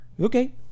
Okay